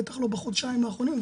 בטח לא בחודשיים האחרונים,